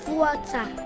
water